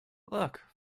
look